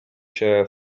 się